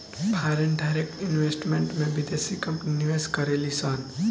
foreign direct investment में बिदेसी company निवेश करेलिसन